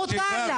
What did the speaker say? מותר לה